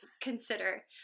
consider